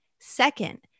Second